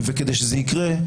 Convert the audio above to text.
וכדי שזה יקרה,